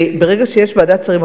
וברגע שיש ועדת שרים,